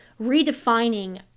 redefining